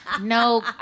no